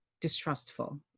distrustful